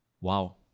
Wow